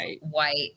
white